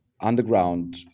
underground